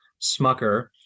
Smucker